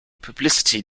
publicity